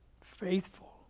faithful